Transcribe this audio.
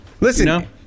Listen